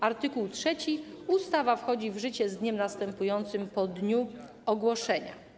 Art. 3. Ustawa wchodzi w życie z dniem następującym po dniu ogłoszenia.